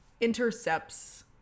intercepts